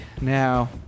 now